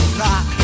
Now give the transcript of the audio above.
rock